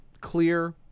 clear